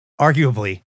arguably